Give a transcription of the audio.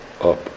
up